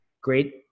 great